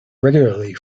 regularly